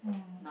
mm